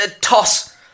Toss